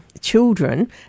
children